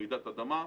רעידת אדמה,